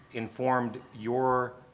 informed your,